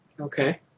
Okay